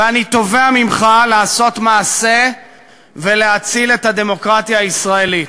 ואני תובע ממך לעשות מעשה ולהציל את הדמוקרטיה הישראלית.